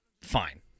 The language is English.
fine